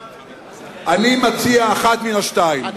אני מציע אחת מהשתיים,